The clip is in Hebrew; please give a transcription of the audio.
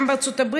גם בארצות הברית,